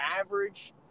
average